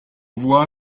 voix